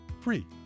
free